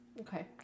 Okay